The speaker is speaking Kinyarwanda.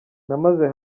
namaze